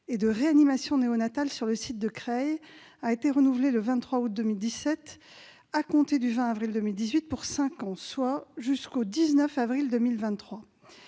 et de réanimation néonatale sur le site de Creil a été renouvelée le 23 août 2017, à compter du 20 avril 2018 et pour cinq ans, soit jusqu'au 19 avril 2023.